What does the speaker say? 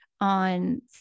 on